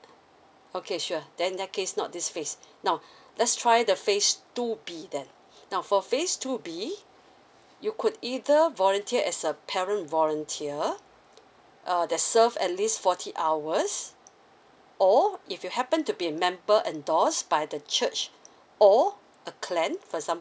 okay sure then that case not this phase now let's try the phase two B then now for phase two B you could either volunteer as a parent volunteer err that serve at least forty hours or if you happen to be a member endorse by the church or a clan for example